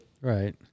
Right